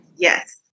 Yes